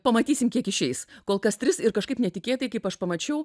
pamatysim kiek išeis kol kas tris ir kažkaip netikėtai kaip aš pamačiau